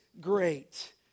great